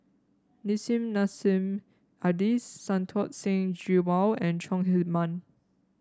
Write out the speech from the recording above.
Nissim Nassim Adis Santokh Singh Grewal and Chong Heman